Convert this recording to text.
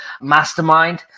mastermind